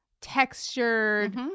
textured